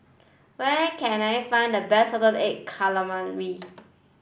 where can I find the best salted egg calamari